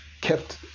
kept